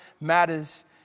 matters